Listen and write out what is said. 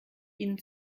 ihnen